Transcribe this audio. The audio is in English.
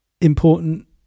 important